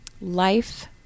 life